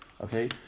Okay